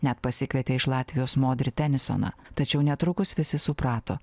net pasikvietė iš latvijos modrį tenisoną tačiau netrukus visi suprato